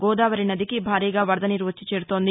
గోదావరి నదికి భారీగా వరదనీరు వచ్చి చేరుతోంది